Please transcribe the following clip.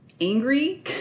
Angry